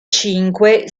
cinque